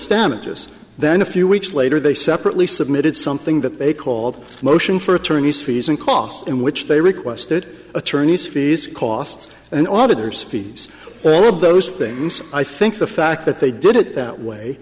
status then a few weeks later they separately submitted something that they called a motion for attorney's fees and costs in which they requested attorneys fees costs and auditors fees all of those things i think the fact that they did it that way